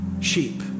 sheep